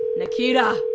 nikita!